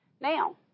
Now